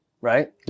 right